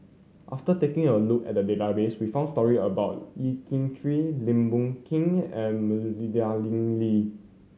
after taking a look at the database we found story about Yeo Kian Chye Lim Boon Keng and Madeleine Lee